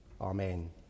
Amen